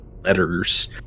letters